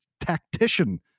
tactician